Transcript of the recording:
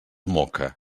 moca